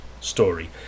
story